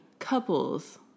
couples